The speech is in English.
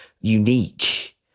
unique